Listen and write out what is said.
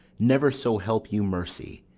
never, so help you mercy,